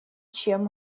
чем